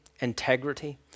integrity